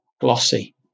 glossy